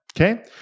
okay